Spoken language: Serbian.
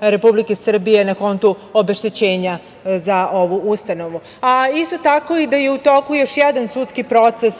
Republike Srbije na konto obeštećenja za ovu ustanovu. Isto tako da je u toku još jedna sudski proces